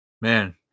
Man